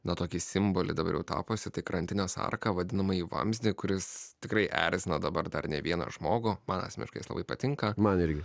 nuo tokį simbolį dabar jau tapusi tik krantinės arka vadinamąjį vamzdį kuris tikrai erzina dabar dar ne vieną žmogų man asmeniškai jis labai patinka man irgi